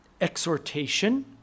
exhortation